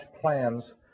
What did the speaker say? plans